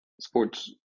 sports